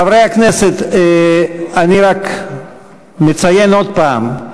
חברי הכנסת, אני רק מציין עוד פעם: